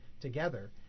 together